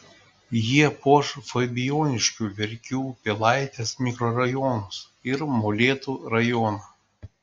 jie puoš fabijoniškių verkių pilaitės mikrorajonus ir molėtų rajoną